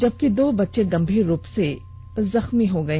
जबकि दो बच्चे गंभीर रूप से जख्मी हो गए